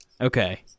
Okay